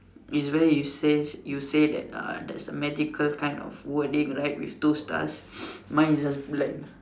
is where it says you say that uh there's a magical kind of wording right with two stars mine is just blank